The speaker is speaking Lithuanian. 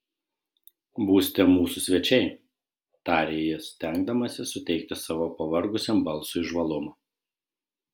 būsite mūsų svečiai tarė jis stengdamasis suteikti savo pavargusiam balsui žvalumo